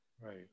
right